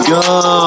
go